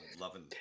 loving